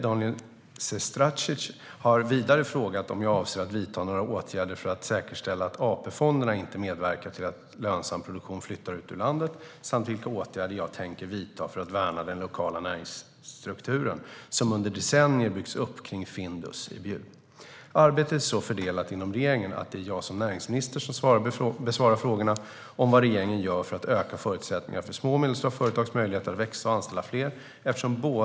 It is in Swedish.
Daniel Sestrajcic har vidare frågat om jag avser att vidta några åtgärder för att säkerställa att AP-fonderna inte medverkar till att lönsam produktion flyttas ut ur landet samt vilka åtgärder jag tänker vidta för att värna den lokala näringsstruktur som under decennier byggts upp kring Findus i Bjuv. Arbetet är så fördelat inom regeringen att det är jag som näringsminister som besvarar frågorna om vad regeringen gör för att öka förutsättningarna för små och medelstora företags möjligheter att växa och anställa fler.